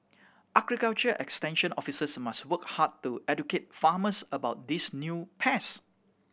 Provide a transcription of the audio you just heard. agriculture extension officers must work hard to educate farmers about these new pest